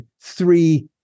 three